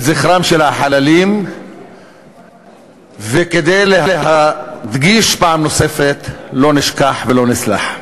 זכרם של החללים וכדי להדגיש פעם נוספת: לא נשכח ולא נסלח.